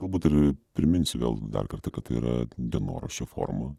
galbūt ir priminsiu vėl dar kartą kad tai yra dienoraščio forma